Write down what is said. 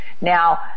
Now